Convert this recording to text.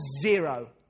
zero